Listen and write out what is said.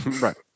Right